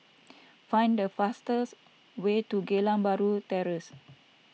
find the fastest way to Geylang Bahru Terrace